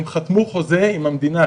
הם חתמו חוזה עם המדינה,